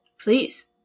Please